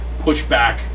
pushback